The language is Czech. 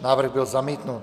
Návrh byl zamítnut.